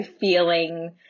feeling